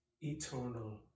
eternal